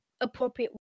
appropriate